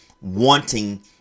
wanting